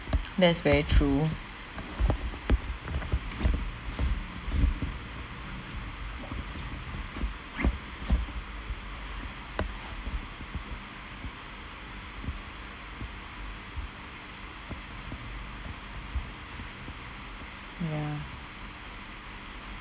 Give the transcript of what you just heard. that's very true ya